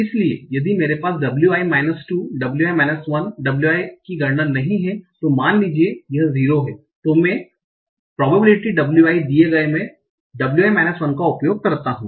इसलिए यदि मेरे पास Wi माइनस 2 wi माइनस 1 wiकी गणना नहीं है तो मान लीजिए यह 0 है तो मैं प्रॉबबिलिटि wi दिए गए मे wi माइनस 1 का उपयोग करता हूं